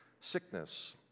sickness